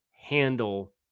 handle